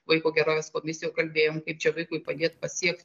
vaiko gerovės komisijoj kalbėjom kaip čia vaikui padėt pasiekt